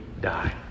die